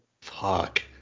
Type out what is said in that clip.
Fuck